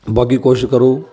ਬਾਕੀ ਕੋਸ਼ਿਸ਼ ਕਰੋ